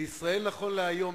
בישראל נכון להיום,